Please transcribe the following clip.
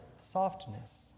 softness